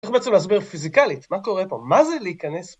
צריך בעצם להסביר פיזיקלית, מה קורה פה? מה זה להיכנס?